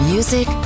Music